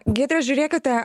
giedre žiūrėkite